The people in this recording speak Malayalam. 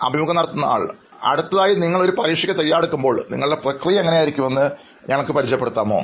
അഭിമുഖം നടത്തുന്നയാൾ അടുത്തതായി നിങ്ങൾ ഒരു പരീക്ഷയ്ക്ക് തയ്യാറെടുക്കുമ്പോൾ നിങ്ങളുടെ പ്രക്രിയ എങ്ങനെയായിരിക്കുമെന്ന് ഞങ്ങൾക്ക് പരിചയപ്പെടുത്താമോ